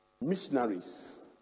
missionaries